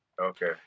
Okay